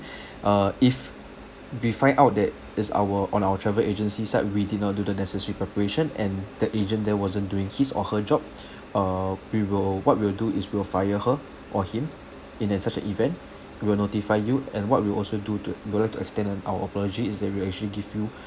uh if we find out that it's our on our travel agency side we did not do the necessary preparation and the agent there wasn't doing his or her job uh we will what we'll do is we'll fire her or him in an such an event we will notify you and what we'll also do to we would like to extend an our apology is that we will actually give you